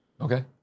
Okay